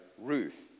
Ruth